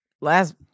last